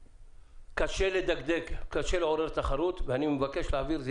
קשה לעורר תחרות ואני מבקש להעביר את זה.